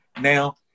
Now